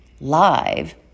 live